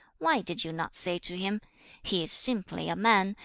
why did you not say to him he is simply a man,